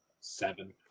seven